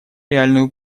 реальную